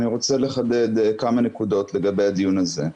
אני רוצה לחדד כמה נקודות לגבי הדיון הזה.